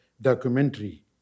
documentary